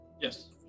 Yes